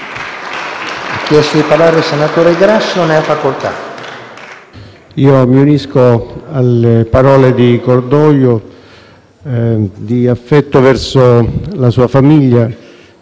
mi unisco alle parole di cordoglio e affetto verso la famiglia